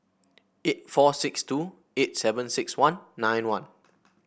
eight four six two eight seven six one nine one